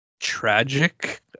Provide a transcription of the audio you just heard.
tragic